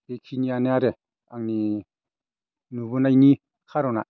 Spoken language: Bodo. बेखेनिआनो आरो आंनि नुबोनायनि खार'ना